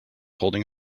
holding